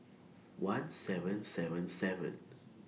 one seven seven seven